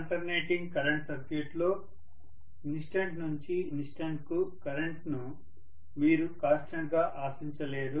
alternating current circuit లో instant నుంచి instant కు కరెంటును మీరు కాన్స్టెంట్ గా ఆశించలేరు